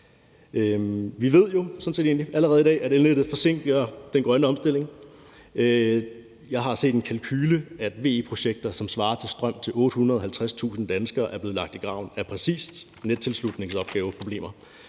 også allerede i dag, at elnettet forsinker den grønne omstilling. Jeg har set en kalkule, der viser, at VE-projekter, som svarer til strøm til 850.000 danskere, er blevet lagt i graven på grund af præcis nettilslutningsopgaveproblemer.